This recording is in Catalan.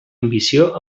ambició